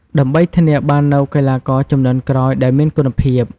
ដើម្បីធានាបាននូវកីឡាករជំនាន់ក្រោយដែលមានគុណភាព។